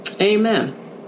Amen